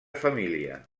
família